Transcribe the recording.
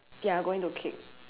ya going to kick